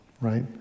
right